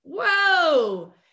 whoa